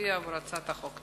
להצביע בעד הצעת החוק.